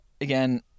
again